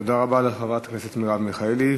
תודה רבה לחברת הכנסת מרב מיכאלי.